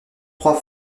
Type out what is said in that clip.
trois